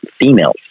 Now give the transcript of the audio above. females